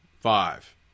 Five